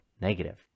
negative